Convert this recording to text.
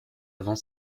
avant